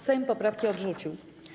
Sejm poprawki odrzucił.